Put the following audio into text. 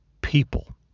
people